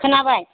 खोनाबाय